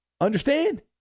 Understand